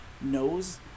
knows